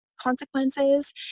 consequences